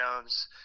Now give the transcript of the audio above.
Jones